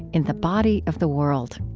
in the body of the world